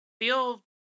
feel